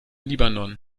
libanon